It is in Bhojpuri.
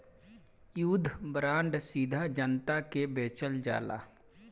युद्ध बांड सीधा जनता के बेचल जाला